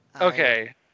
Okay